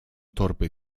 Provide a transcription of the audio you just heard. torby